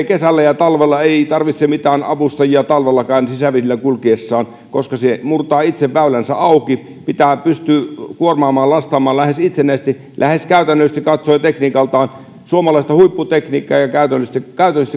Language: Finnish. kesällä ja talvella ei tarvitse mitään avustajia talvellakaan sisävesillä kulkiessaan koska se murtaa itse väylänsä auki pystyy kuormaamaan lastaamaan lähes itsenäisesti käytännöllisesti katsoen tekniikaltaan suomalaista huipputekniikkaa ja käytännöllisesti